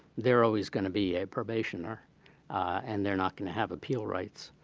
there are always going to be a probationer and they're not going to have appeal rights.